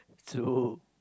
so